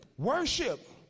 Worship